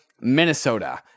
Minnesota